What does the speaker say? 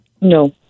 No